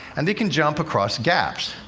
and they can jump across gaps,